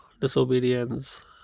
disobedience